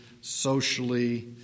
socially